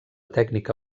tècnica